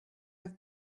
have